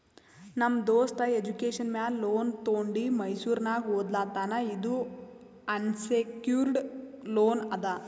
ನಮ್ ದೋಸ್ತ ಎಜುಕೇಷನ್ ಮ್ಯಾಲ ಲೋನ್ ತೊಂಡಿ ಮೈಸೂರ್ನಾಗ್ ಓದ್ಲಾತಾನ್ ಇದು ಅನ್ಸೆಕ್ಯೂರ್ಡ್ ಲೋನ್ ಅದಾ